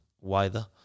wider